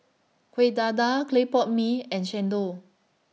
Kueh Dadar Clay Pot Mee and Chendol